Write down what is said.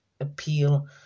appeal